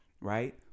right